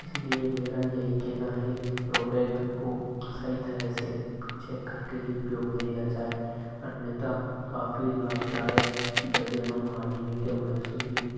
इसीलिए मेरा यही कहना है कि प्रोडक्ट को सही तरह से चेक करके ही उपयोग में लिया जाए अन्यथा काफी लाभदायक की जगह हम हानि भी क्या महसूस भी